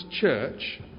church